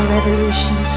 revolution